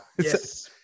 yes